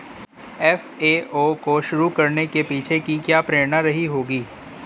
FAO को शुरू करने के पीछे की क्या प्रेरणा रही होगी?